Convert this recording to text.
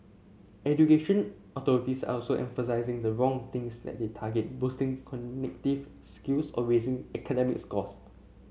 education authorities are also emphasising the wrong things that they target boosting cognitive skills or raising academic scores